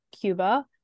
Cuba